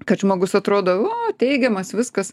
kad žmogus atrodo o teigiamas viskas